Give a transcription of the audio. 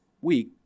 week